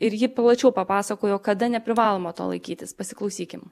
ir ji plačiau papasakojo kada neprivaloma to laikytis pasiklausykim